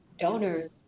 donors